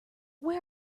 where